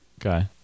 Okay